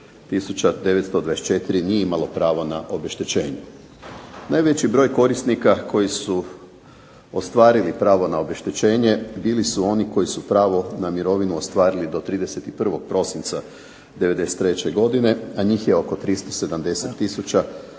924 nije imalo pravo na obeštećenje. Najveći broj korisnika koji su ostvarili pravo na obeštećenje bili su oni koji su pravo na mirovinu ostvarili do 31. prosinca '93. godine, a njih je oko 370